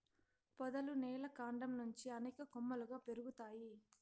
పొదలు నేల కాండం నుంచి అనేక కొమ్మలుగా పెరుగుతాయి